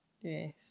Yes